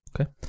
Okay